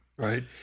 right